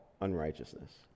unrighteousness